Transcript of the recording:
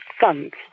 funds